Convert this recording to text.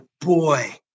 boy